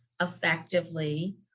effectively